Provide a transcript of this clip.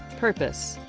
purpose.